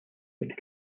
but